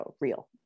real